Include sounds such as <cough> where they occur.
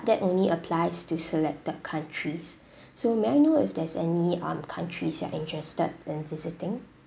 that only applies to selected countries <breath> so may I know if there's any um countries you are interested in visiting